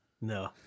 No